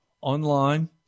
online